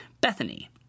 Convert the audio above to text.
Bethany